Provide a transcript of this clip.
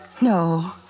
no